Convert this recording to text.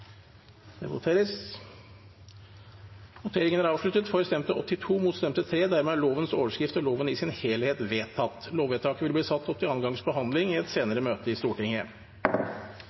Det voteres over lovens overskrift og loven i sin helhet. Lovvedtaket vil bli ført opp til andre gangs behandling i et senere møte i Stortinget.